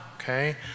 okay